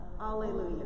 Alleluia